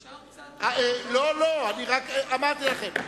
אפשר קצת, לא לא, אני רק אמרתי לכם.